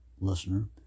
listener